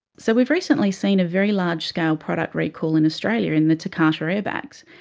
so we've recently seen a very large-scale product recall in australia in the takata airbags.